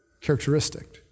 characteristic